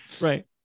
Right